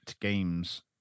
games